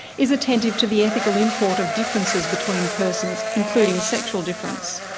is attentive to the ethical import of differences between persons, including sexual difference.